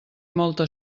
molta